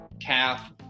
calf